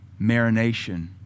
marination